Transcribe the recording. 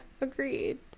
agreed